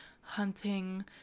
hunting